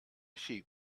sheep